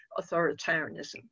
authoritarianism